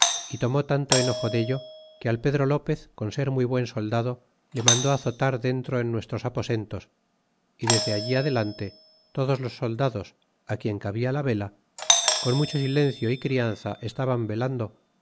y tomó tanto enojo dello que al pedro lopez con ser muy buen soldado le mandó azotar dentro en nuestros aposentos y desde allí adelante todos los soldados quien cabia la vela con mucho silencio y crianza estaban velando